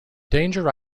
danger